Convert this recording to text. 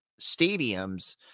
stadiums